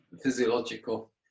physiological